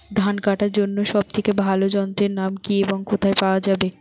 ধান কাটার জন্য সব থেকে ভালো যন্ত্রের নাম কি এবং কোথায় পাওয়া যাবে?